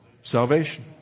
Salvation